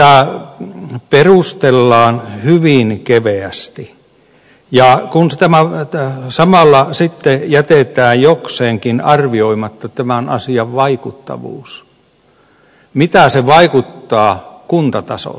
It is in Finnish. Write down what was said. tätä perustellaan hyvin keveästi ja samalla sitten jätetään jokseenkin arvioimatta tämän asian vaikuttavuus mitä se vaikuttaa kuntatasolla